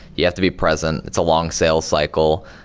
you have to be present. it's a long sales cycle.